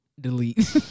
Delete